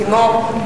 לימור.